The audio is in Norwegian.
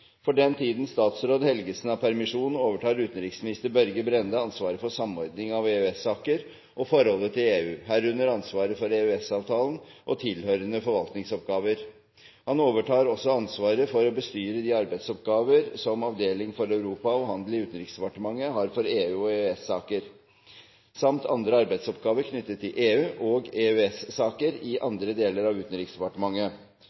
For den tiden statsråd Helgesen har permisjon overtar utenriksminister Børge Brende ansvaret for samordning av EØS-saker og forholdet til EU, herunder ansvar for EØS-avtalen og tilhørende forvaltningsoppgaver. Han overtar også ansvaret for å bestyre de arbeidsoppgaver som Avdeling for Europa og handel i Utenriksdepartementet har for EU- og EØS-saker, samt andre arbeidsoppgaver knyttet til EU- og EØS-saker i